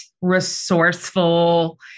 resourceful